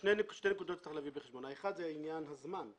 שתי נקודות צריך להביא בחשבון ואחת היא עניין הזמן.